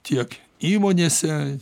tiek įmonėse